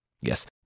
yes